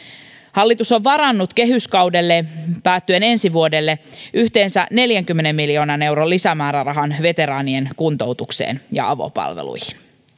hallitus on varannut kehyskaudelle päättyen ensi vuodelle yhteensä neljänkymmenen miljoonan euron lisämäärärahan veteraanien kuntoutukseen ja avopalveluihin